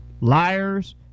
liars